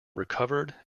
recovered